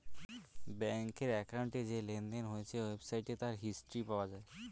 ব্যাংকের অ্যাকাউন্টে যে লেনদেন হয়েছে ওয়েবসাইটে তার হিস্ট্রি পাওয়া যায়